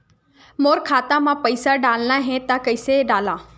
मोर खाता म पईसा डालना हे त कइसे डालव?